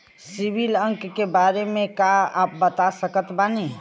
CIBIL अंक के बारे मे का आप बता सकत बानी?